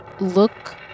look